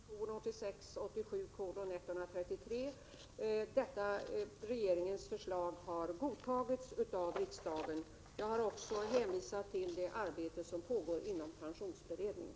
Herr talman! I mitt svar har jag klart redovisat vad som står i proposition 1986/87:133. Det som regeringen där föreslår har godtagits av riksdagen. Jag har också hänvisat till det arbete som pågår inom pensionsberedningen.